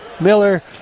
miller